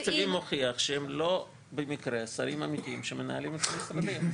תקציבים מוכיח שהם לא במקרה שרים אמיתיים שמנהלים משרדיים.